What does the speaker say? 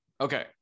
okay